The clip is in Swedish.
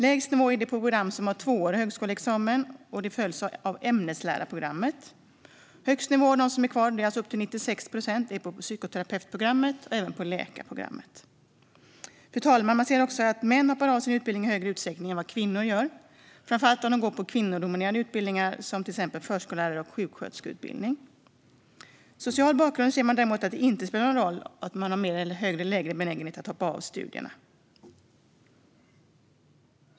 Lägst nivå är det på program som har tvåårig högskoleexamen, följt av ämneslärarprogrammet. Högst nivå, med upp till 96 procent som blir kvar, är det på psykoterapeutprogrammet och läkarprogrammet. Fru talman! Man ser också att män hoppar av sin utbildning i större utsträckning än vad kvinnor gör, framför allt när de går på kvinnodominerade utbildningar som till exempel förskollärar eller sjuksköterskeutbildning. Social bakgrund spelar däremot inte någon roll för benägenheten att hoppa av studierna.